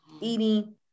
Eating